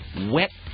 wet